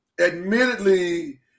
admittedly